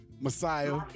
messiah